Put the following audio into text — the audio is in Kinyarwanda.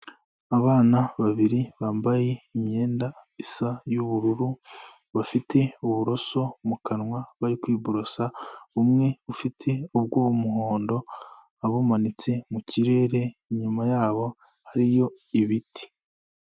Abana babiri bambaye imyenda isa y'ubururu, bafite uburoso mu kanwa bari kwiborosa umwe ufite ubw'umuhondo, abumanitse mu kirere inyuma yabo harihoyo ibiti.